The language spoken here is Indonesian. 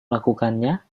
melakukannya